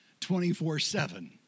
24-7